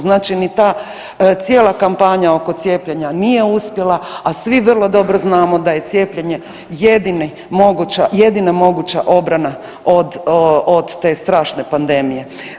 Znači ni ta cijela kampanja oko cijepljenja nije uspjela, a svi vrlo dobro znamo da je cijepljenje jedini moguća, jedina moguća obrana od, od te strašne pandemije.